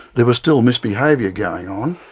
there was still this behaviour going on.